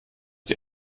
die